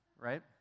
right